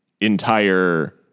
entire